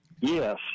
Yes